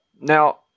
now